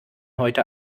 heute